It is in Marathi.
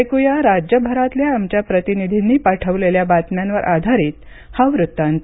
ऐक्या राज्यभरातल्या आमच्या प्रतिनिधींनी पाठवलेल्या बातम्यांवर आधारित हा वृत्तांत